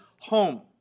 home